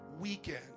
weekend